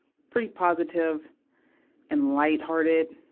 pretty positive and light-hearted.